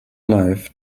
life